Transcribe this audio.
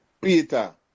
Peter